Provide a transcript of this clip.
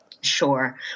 Sure